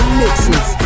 mixes